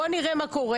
בוא נראה מה קורה,